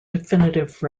definitive